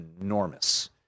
enormous